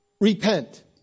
repent